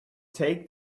take